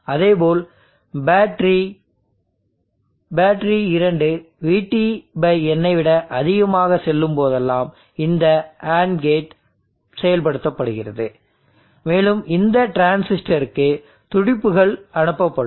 அதேபோல் battery 2 VTn ஐ விட அதிகமாக செல்லும் போதெல்லாம் இந்த AND கேட் செயல்படுத்தப்படுகிறது மேலும் இந்த டிரான்சிஸ்டருக்கு துடிப்புகள் அனுப்பப்படும்